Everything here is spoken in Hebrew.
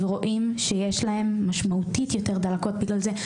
ורואים שיש להם משמעותית יותר דלקות בגלל זה,